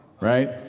right